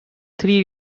three